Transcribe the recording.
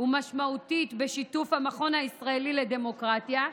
ומשמעותית בשיתוף המכון הישראלי לדמוקרטיה.